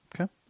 Okay